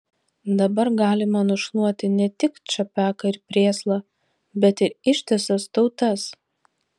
dabar galima nušluoti ne tik čapeką ir prėslą bet ir ištisas tautas